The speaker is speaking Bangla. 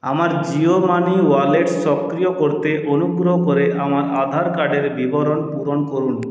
আমার জিও মানি ওয়ালেট সক্রিয় করতে অনুগ্রহ করে আমার আধার কার্ডের বিবরণ পূরণ করুন